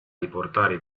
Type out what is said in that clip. riportare